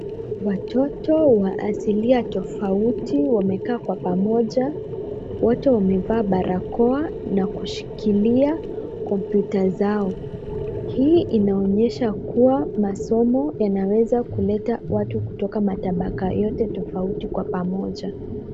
Watoto wa asilia tofauti wamekaa kwa pamoja, wote wamevaa barakoa na kushikilia kompyuta zao. Hii inaonyesha kuwa masomo yanaweza kuleta watu kutoka matabaka yote tofauti kwa pamoja.